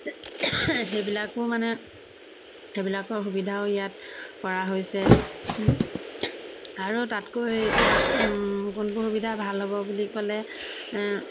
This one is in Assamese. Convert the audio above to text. সেইবিলাকো মানে সেইবিলাকৰ সুবিধাও ইয়াত কৰা হৈছে আৰু তাতকৈ ইয়াত কোনবোৰ সুবিধা ভাল হ'ব বুলি ক'লে